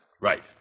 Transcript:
Right